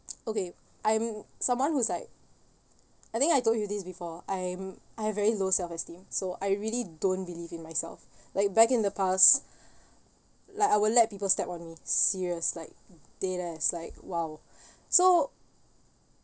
okay I'm someone who's like I think I told you this before I'm I have very low self esteem so I really don't believe in myself like back in the past like I will let people step on me serious like deadass is like !wow! so